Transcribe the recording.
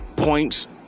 Points